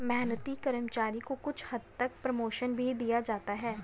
मेहनती कर्मचारी को कुछ हद तक प्रमोशन भी दिया जाता है